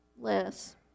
less